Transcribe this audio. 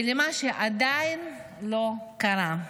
ולמה שעדיין לא קרה.